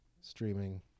streaming